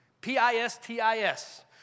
P-I-S-T-I-S